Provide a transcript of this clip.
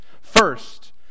First